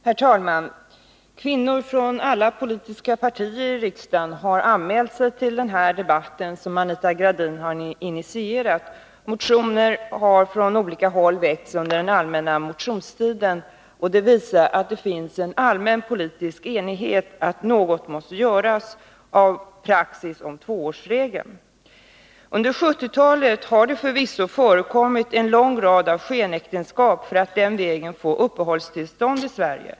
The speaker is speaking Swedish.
Herr talman! Kvinnor från alla politiska partier i riksdagen har anmält sig till denna debatt, som Anita Gradin har initierat. Man har under den allmänna motionstiden väckt motioner från olika håll. Det visar att det finns en allmän politisk enighet om att något måste göras när det gäller tvåårsregeln. Under 1970-talet har det förekommit en lång rad av skenäktenskap för att man på den vägen skulle få uppehållstillstånd i Sverige.